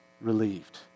relieved